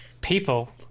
People